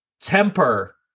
temper